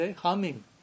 humming